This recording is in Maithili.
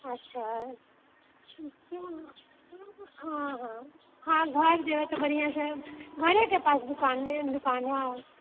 अच्छा हँ हँ हँ घर जेबै तऽ बढ़ियाॅं से घरेके पास दुकान यऽ